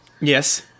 Yes